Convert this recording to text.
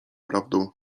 prawdą